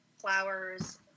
flowers